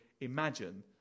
imagine